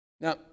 Now